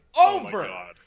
over